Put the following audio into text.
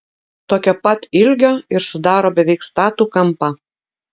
tokio pat ilgio ir sudaro beveik statų kampą